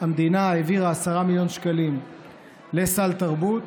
המדינה העבירה 10 מיליון שקלים לסל תרבות,